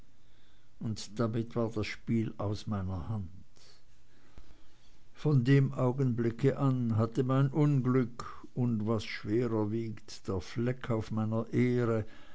und damit war das spiel aus meiner hand von dem augenblick an hatte mein unglück und was schwerer wiegt der fleck auf meiner ehre